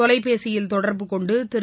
தொலைபேசியில் தொடர்புகொண்டு திரு